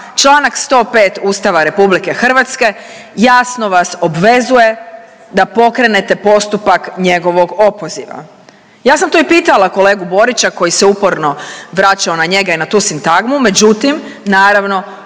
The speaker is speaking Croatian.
čl. 105. Ustava RH jasno vas obvezuje da pokrenete postupak njegovog opoziva. Ja sam to i pitala kolegu Borića koji se uporno vraćao na njega i na tu sintagmu, međutim naravno